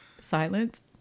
Silence